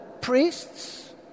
priests